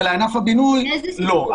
ולענף הבינוי לא.